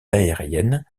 aériennes